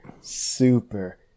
super